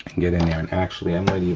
get in there and actually i'm